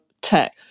tech